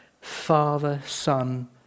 father-son